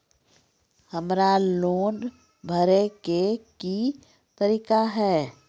हमरा लोन भरे के की तरीका है?